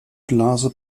blase